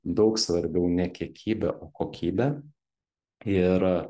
daug svarbiau ne kiekybė o kokybė ir